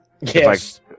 Yes